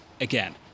again